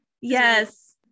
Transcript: Yes